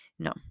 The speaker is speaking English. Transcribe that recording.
No